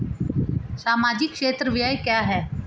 सामाजिक क्षेत्र व्यय क्या है?